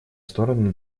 стороны